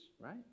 right